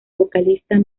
vocalista